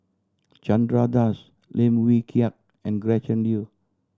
Chandra Das Lim Wee Kiak and Gretchen Liu